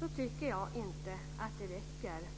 Jag tycker inte att det räcker.